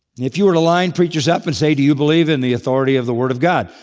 if you were to line preachers up and say, do you believe in the authority of the word of god?